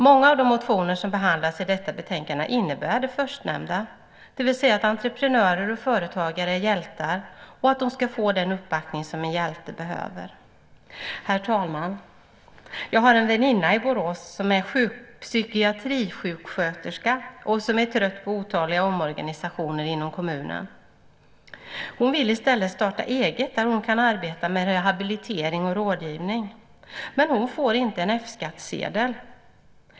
Många av de motioner som behandlas i detta betänkande innebär det förstnämnda, det vill säga att entreprenörer och företagare är hjältar och att de ska få den uppbackning som en hjälte behöver. Herr talman! Jag har en väninna i Borås som är psykiatrisjuksköterska och som är trött på otaliga omorganisationer inom kommunen. Hon vill i stället starta eget där hon kan arbeta med rehabilitering och rådgivning. Men hon får inte en F-skattsedel.